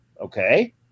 okay